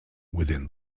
within